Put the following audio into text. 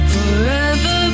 Forever